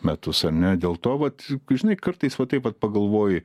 metus ar ne dėl to vat žinai kartais vat taip vat pagalvoji